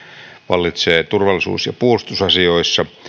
vallitsee turvallisuus ja puolustusasioissa